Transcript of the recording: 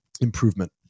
improvement